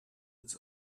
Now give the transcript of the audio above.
its